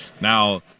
Now